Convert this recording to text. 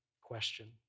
question